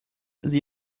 sie